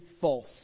false